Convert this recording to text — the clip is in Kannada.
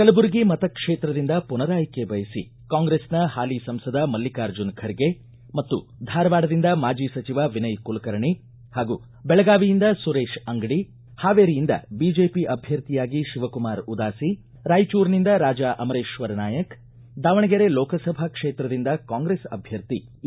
ಕಲಬುರಗಿ ಮತಕ್ಷೇತ್ರದಿಂದ ಪುನರಾಯ್ಕೆ ಬಯಸಿ ಕಾಂಗ್ರೆಸ್ನ ಹಾಲಿ ಸಂಸದ ಮಲ್ಲಿಕಾರ್ಜುನ ಖರ್ಗೆ ಮತ್ತು ಧಾರವಾಡದಿಂದ ಮಾಜಿ ಸಚಿವ ವಿನಯ್ ಕುಲಕರ್ಣಿ ಹಾಗೂ ಬೆಳಗಾವಿಯಿಂದ ಸುರೇಶ ಅಂಗಡಿ ಹಾವೇರಿಯಿಂದ ಬಿಜೆಪಿ ಅಭ್ಯರ್ಥಿಯಾಗಿ ಶಿವಕುಮಾರ್ ಉದಾಸಿ ರಾಯಚೂರಿನಿಂದ ರಾಜಾ ಅಮರೇಶ್ವರ್ ನಾಯಕ್ ದಾವಣಗೆರೆ ಲೋಕಸಭಾ ಕ್ಷೇತ್ರದಿಂದ ಕಾಂಗ್ರೆಸ್ ಅಭ್ಯರ್ಥಿ ಎ